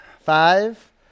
Five